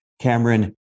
Cameron